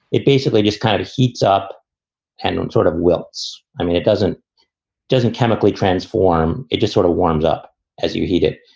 it basically just kind of heats up and um sort of wilts. i mean, it doesn't doesn't chemically transform. it just sort of warms up as you heat it.